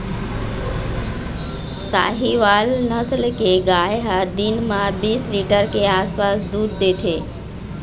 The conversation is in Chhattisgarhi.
साहीवाल नसल के गाय ह दिन म बीस लीटर के आसपास दूद देथे